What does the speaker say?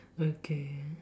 okay